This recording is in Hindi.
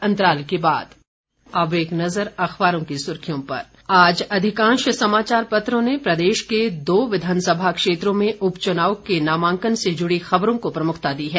अब एक नजर अखबारों की सुर्खियों पर जिल आज अधिकांश समाचार पत्रों ने प्रदेश के दो विधानसभा क्षेत्रों में उपचुनाव के नामांकन से जुड़ी खबरों को प्रमुखता दी है